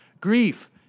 grief